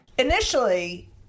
Initially